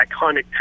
iconic